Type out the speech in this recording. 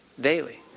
daily